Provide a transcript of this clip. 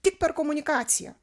tik per komunikaciją